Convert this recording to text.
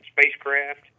spacecraft